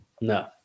No